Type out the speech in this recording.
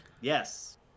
Yes